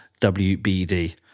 WBD